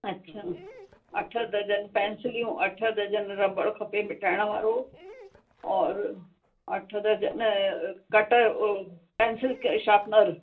अछा अठ डज़न पैंसिलियूं अठ डज़न रॿड़ खपे मिटाइण वारो और अठ डज़न कट ओ पैंसिल शापिनर